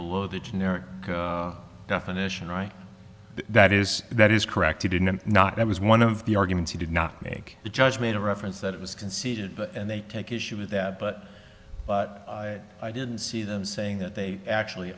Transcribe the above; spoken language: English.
below the generic definition right that is that is correct he didn't not that was one of the arguments he did not make the judge made a reference that it was conceited and they take issue with that but i didn't see them saying that they actually